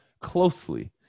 closely